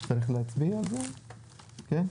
אין.